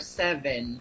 seven